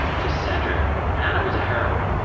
to cedrick, hannah was a heroine.